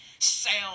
sound